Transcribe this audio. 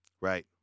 Right